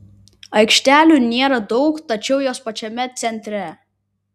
aikštelių nėra daug tačiau jos yra pačiame centre